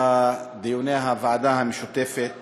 בדיוני הוועדה המשותפת